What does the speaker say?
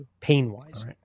pain-wise